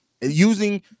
Using